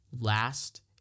last